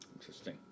Interesting